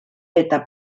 eta